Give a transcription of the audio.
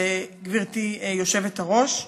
גברתי היושבת-ראש,